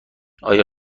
آیا